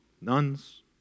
nuns